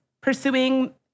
pursuing